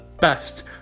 best